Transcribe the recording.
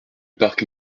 parc